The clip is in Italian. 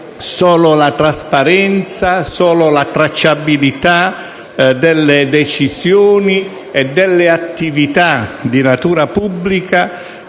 solo la trasparenza, solo la tracciabilità delle decisioni e delle attività di natura pubblica